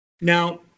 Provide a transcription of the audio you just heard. Now